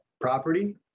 property